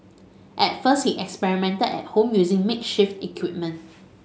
at first he experimented at home using makeshift equipment